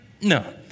No